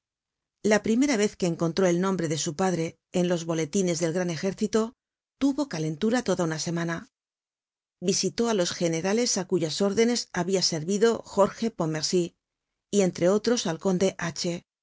la primera vez que encontró el nombre de su padre en los boletines del gran ejército tuvo calentura toda una semana visitó á los generales á cuyas órdenes habia servido jorge pontmercy y entre otros al